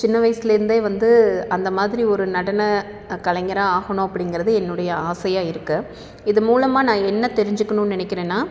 சின்ன வயதில் இருந்து வந்து அந்த மாதிரி ஒரு நடனம் கலைஞராக ஆகணும் அப்படிங்கிறது என்னுடைய ஆசையாக இருக்குது இது மூலமாக நான் என்ன தெரிஞ்சுக்கணும் நினைக்கிறேன்